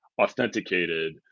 authenticated